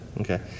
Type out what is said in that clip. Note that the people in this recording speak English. Okay